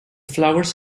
flowers